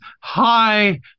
hi